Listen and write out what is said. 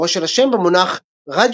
מקורו של השם במונח "radioconductor",